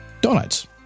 Donuts